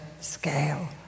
scale